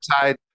tied